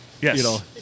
Yes